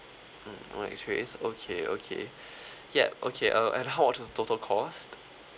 mm no X-rays okay okay yup okay uh and how was the total cost